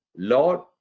lord